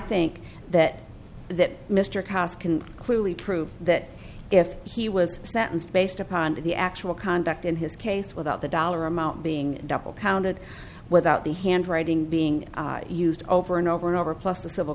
think that that mr cox can clearly prove that if he was sentenced based upon the actual conduct in his case without the dollar amount being double counted without the handwriting being used over and over and over plus the civil